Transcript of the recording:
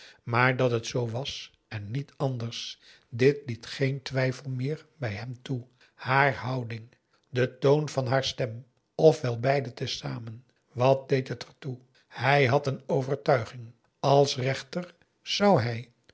maar dat het zoo was en niet anders dit liet geen twijfel meer bij hem toe haar houding de toon van haar stem of wel beide te zamen wat deed het er toe hij had een overtuiging als rechter zou hij